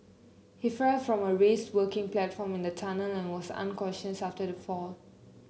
he fell from a raised working platform in the tunnel and was unconscious after the fall